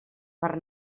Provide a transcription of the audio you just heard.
per